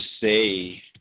say